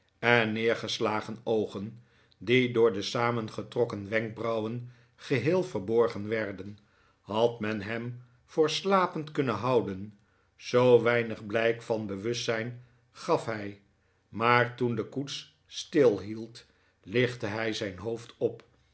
en neergeslagen oogen die door de samengetrokken wenkbrauwen geheel verborgen werden had men hem voor slapend kunnen houden zoo weinig blijk van bewustzijn gaf hij maar toen de koets stilhield ichtte hij zijn hoofd op